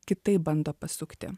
kitaip bando pasukti